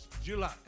July